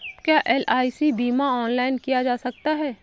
क्या एल.आई.सी बीमा ऑनलाइन किया जा सकता है?